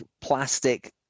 plastic